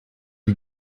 die